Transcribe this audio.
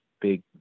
big